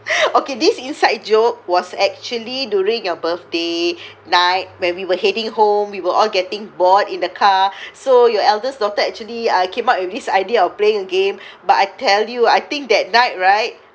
okay this inside joke was actually during your birthday night when we were heading home we were all getting bored in the car so your eldest daughter actually uh came up with this idea of playing a game but I tell you I think that night right